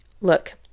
Look